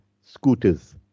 scooters